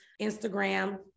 Instagram